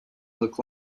look